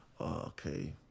Okay